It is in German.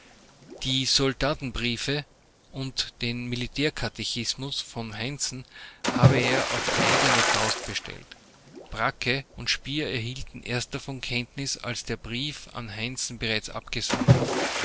die soldatenbriefe tenbriefe und den militärkatechismus von heinzen habe er auf eigene faust bestellt bracke und spier erhielten erst davon kenntnis als der brief an heinzen bereits abgesandt war